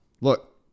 Look